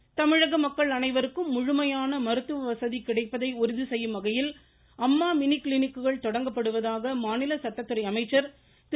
சண்முகம் தமிழக மக்கள் அனைவருக்கும் முழுமையான மருத்துவ வசதி கிடைப்பதை உறுதிசெய்யும் வகையில் அம்மா மினி கிளினிக்குகள் தொடங்கப்படுவதாக மாநில சட்டத்துறை அமைச்சர் திரு